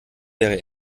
wäre